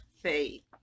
faith